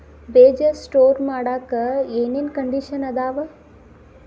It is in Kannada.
ಬೇಜ ಸ್ಟೋರ್ ಮಾಡಾಕ್ ಏನೇನ್ ಕಂಡಿಷನ್ ಅದಾವ?